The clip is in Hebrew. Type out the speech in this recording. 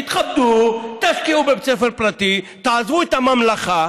תתכבדו, תשקיעו בבית ספר פרטי, תעזבו את הממלכה.